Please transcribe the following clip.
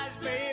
baby